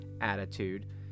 attitude